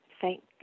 Thank